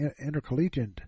Intercollegiate